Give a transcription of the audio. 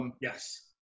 Yes